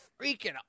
freaking